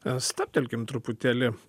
stabtelkim truputėlį